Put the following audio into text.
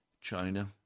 China